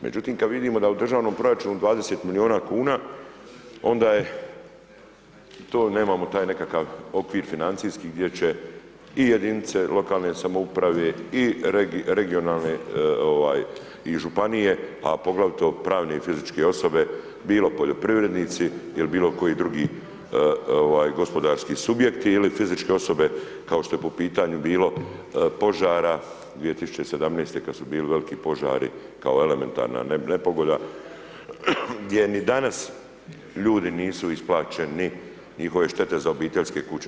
Međutim, kad vidimo da u državnom proračunu 20 milijuna kuna, onda je to nemamo taj nekakav okvir financijski gdje će i jedinice lokalne samouprave i regionalne i županije, a poglavito pravne i fizičke osobe, bilo poljoprivrednici ili bilo koji drugi gospodarski subjekti ili fizičke osobe kao što je po pitanju bilo požara 2017. kad su bili veliki požari kao elementarna nepogoda, gdje ni danas ljudi nisu isplaćeni, njihove štete za obiteljske kuće.